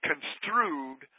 construed